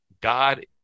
God